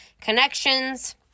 connections